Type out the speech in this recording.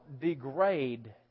degrade